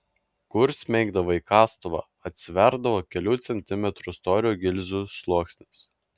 kur smeigdavai kastuvą atsiverdavo kelių centimetrų storio gilzių sluoksnis